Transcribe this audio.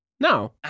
No